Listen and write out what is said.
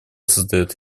создает